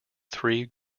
three